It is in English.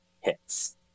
hits